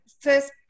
first